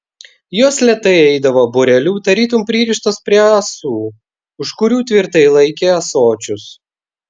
jos lėtai eidavo būreliu tarytum pririštos prie ąsų už kurių tvirtai laikė ąsočius